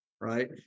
right